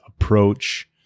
approach